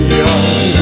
young